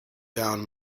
down